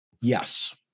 Yes